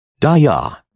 Daya